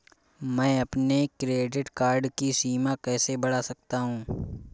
मैं अपने credit card की सीमा कैसे बढ़ा सकता हूँ?